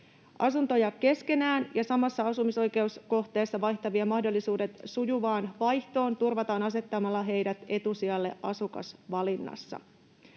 Asuntoja keskenään ja samassa asumisoikeuskohteessa vaihtavien mahdollisuudet sujuvaan vaihtoon turvataan asettamalla heidät etusijalle asukasvalinnassa.